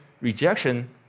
rejection